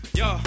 yo